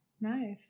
Nice